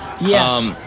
Yes